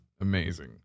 amazing